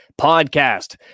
podcast